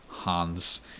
Hans